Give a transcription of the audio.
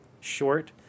short